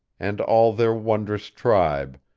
and all their wondrous tribe,